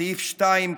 בסעיף 2,